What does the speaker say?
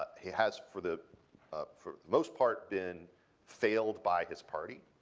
ah he has, for the um for the most part, been failed by his party.